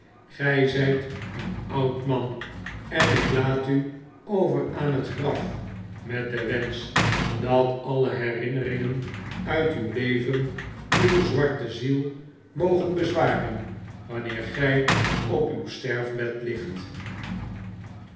zijt een oud man en ik laat u over aan het graf met den wensch dat alle herinneringen uit uw leven uw zwarte ziel mogen bezwaren wanneer gij op uw sterfbed ligt